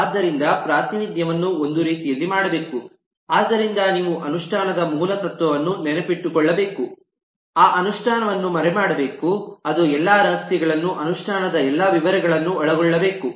ಆದ್ದರಿಂದ ಪ್ರಾತಿನಿಧ್ಯವನ್ನು ಒಂದು ರೀತಿಯಲ್ಲಿ ಮಾಡಬೇಕು ಆದ್ದರಿಂದ ನೀವು ಅನುಷ್ಠಾನದ ಮೂಲ ತತ್ವವನ್ನು ನೆನಪಿಟ್ಟುಕೊಳ್ಳಬೇಕು ಆ ಅನುಷ್ಠಾನವನ್ನು ಮರೆಮಾಡಬೇಕು ಅದು ಎಲ್ಲಾ ರಹಸ್ಯಗಳನ್ನು ಅನುಷ್ಠಾನದ ಎಲ್ಲಾ ವಿವರಗಳನ್ನು ಒಳಗೊಳ್ಳಬೇಕು